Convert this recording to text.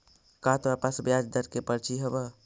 का तोरा पास ब्याज दर के पर्ची हवअ